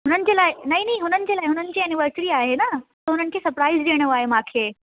हुननि जे लाइ नहीं नहीं हुननि जे लाइ हुननि जी एनिवर्सरी आहे न त हुननि खे सरप्राइज़ ॾियणो आहे मूंखे